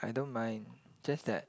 I don't mind just that